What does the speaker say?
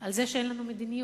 על זה שאין לנו מדיניות.